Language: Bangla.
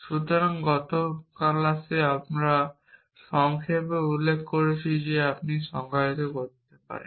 সুতরাং গত ক্লাসে আমরা সংক্ষেপে উল্লেখ করেছি যে আপনি সংজ্ঞায়িত করতে পারেন